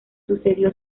sucedió